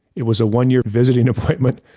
it was a one year visiting appointment.